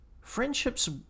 friendships